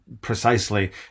precisely